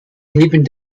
neben